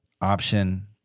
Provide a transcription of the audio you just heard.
option